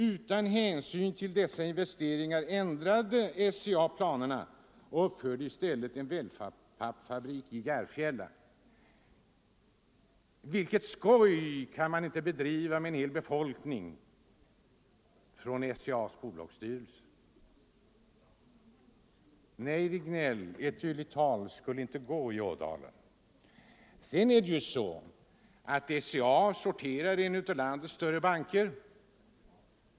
Utan hänsyn till dessa investeringar ändrade SCA planerna och uppförde i stället en wellpappfabrik i Järfälla.” Vilket skoj kan inte SCA:s bolagsstyrelse bedriva med en hel befolkning! Nej, herr Regnéll, ett dylikt tal skulle inte gå i Ådalen. SCA sorterar ju under en av landets större banker.